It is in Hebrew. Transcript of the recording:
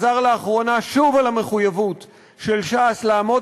חזר לאחרונה שוב על המחויבות של ש"ס לעמוד